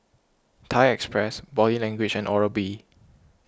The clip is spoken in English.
Thai Express Body Language and Oral B